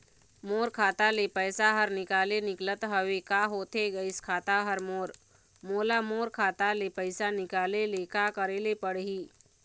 मोर खाता ले पैसा हर निकाले निकलत हवे, का होथे गइस खाता हर मोर, मोला मोर खाता ले पैसा निकाले ले का करे ले पड़ही?